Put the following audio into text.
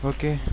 Okay